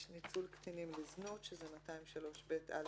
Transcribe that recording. קטינים: 203ב(א)(2)